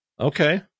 Okay